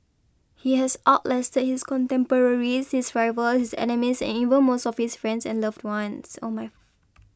he has out lasted his contemporaries his rivals his enemies and even most of his friends and loved ones oh my